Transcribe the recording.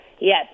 Yes